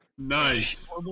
nice